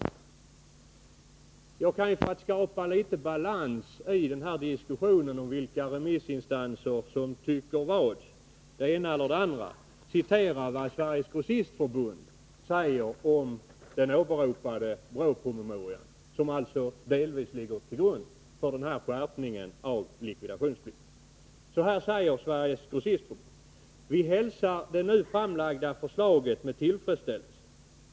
Och jag kan, för att skapa litet balans i diskussionen om vilka remissinstanser som tycker vad, citera vad Sveriges grossistförbund säger om den åberopade BRÅ-promemorian, som alltså delvis ligger till grund för den föreslagna skärpningen av likvidationsreglerna. Så här säger Sveriges grossister: Vi hälsar det nu framlagda förslaget med tillfredsställelse.